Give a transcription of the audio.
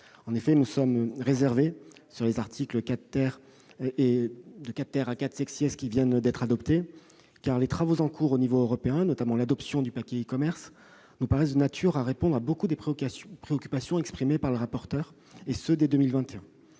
Nous sommes réservés sur les articles qui viennent d'être adoptés, car les travaux en cours à l'échelon européen, notamment l'adoption du paquet e-commerce, nous paraissent de nature à répondre à beaucoup des préoccupations exprimées par le rapporteur, et ce dès 2021.